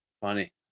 Funny